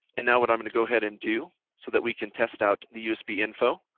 and now what i'm going to go ahead and do so that we can test out the usb info.